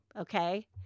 Okay